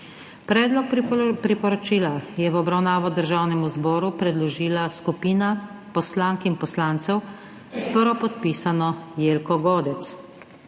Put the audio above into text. Predlog zakona je v obravnavo Državnemu zboru predložila skupina poslank in poslancev s prvopodpisano Jelko Godec.